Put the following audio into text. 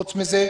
חוץ מזה,